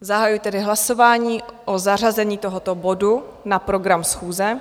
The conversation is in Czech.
Zahajuji tedy hlasování o zařazení tohoto bodu na program schůze.